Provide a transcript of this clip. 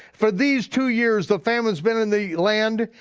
for these two years, the famine's been in the land,